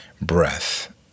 breath